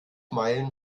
meilen